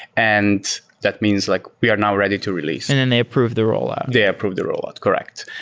and that means like we are now ready to release and then they approve the rule out. they approve the rule out. correct.